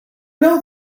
know